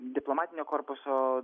diplomatinio korpuso